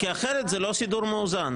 כי אחרת זה לא סידור מאוזן.